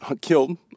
killed